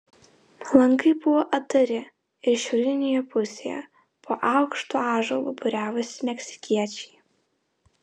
langai buvo atdari ir šiaurinėje pusėje po aukštu ąžuolu būriavosi meksikiečiai